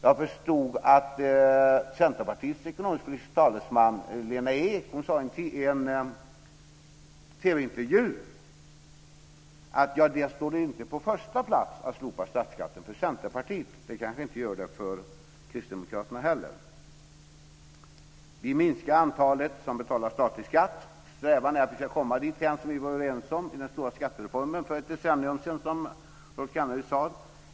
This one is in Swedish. Ek, sade i en TV-intervju att det inte stod på första plats att slopa statsskatten för Centerpartiet. Det kanske inte gör det för Kristdemokraterna heller. Vi minskar antalet som betalar statlig skatt. Strävan är att vi ska komma dithän, som vi var överens om i den stora skattereformen för ett decennium sedan, som Rolf Kenneryd sade.